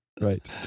Right